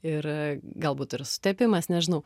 ir galbūt ir sutepimas nežinau